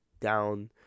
down